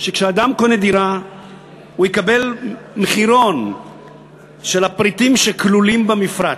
כשאדם קונה דירה הוא יקבל מחירון של הפריטים שכלולים במפרט,